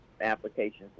applications